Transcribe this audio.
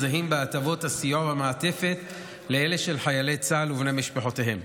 זהות בהטבות הסיוע והמעטפת לאלה של חיילי צה"ל ובני משפחותיהם.